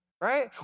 right